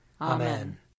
Amen